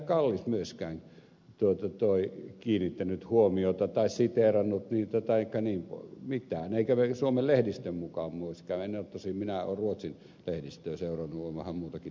kallis myöskään kiinnittänyt huomiota eikä siteerannut niitä tai mitään eikä suomen lehdistön mukaan myöskään en tosin ole ruotsin lehdistöä seurannut on vähän muutakin tekemistä tässä